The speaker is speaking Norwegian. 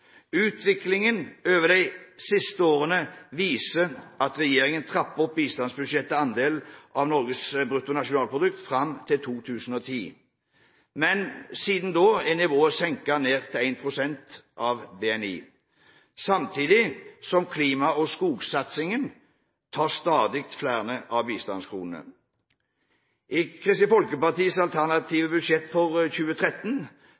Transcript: Utviklingen over de siste årene viser at regjeringen trappet opp bistandsbudsjettets andel av Norges brutto nasjonalinntekt fram til 2010, men siden da er nivået senket ned til 1 pst. av BNI, samtidig som klima og skogsatsingen tar stadig flere av bistandskronene. I Kristelig Folkepartis alternative budsjett for 2013